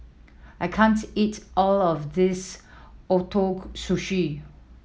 I can't eat all of this Ootoro Sushi